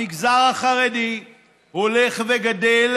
המגזר החרדי הולך וגדל,